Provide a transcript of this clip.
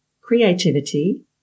creativity